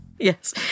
Yes